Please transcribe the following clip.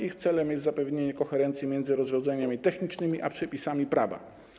Ich celem jest zapewnienie koherencji między rozrządzeniami technicznymi a przepisami prawa.